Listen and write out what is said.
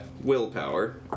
willpower